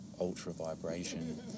ultra-vibration